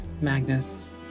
Magnus